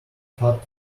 hard